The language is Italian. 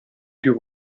più